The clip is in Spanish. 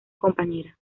compañera